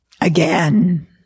again